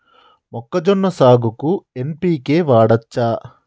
మొక్కజొన్న సాగుకు ఎన్.పి.కే వాడచ్చా?